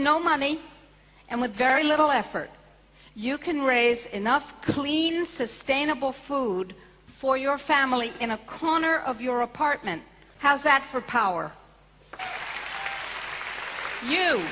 no money and with very little effort you can raise enough clean sustainable food for your family in a corner of your apartment house that for power you